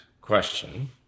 question